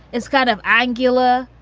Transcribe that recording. it's kind of angular.